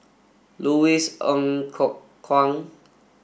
Louis Ng Kok Kwang